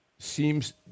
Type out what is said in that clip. Seems